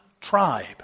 tribe